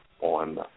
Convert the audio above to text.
on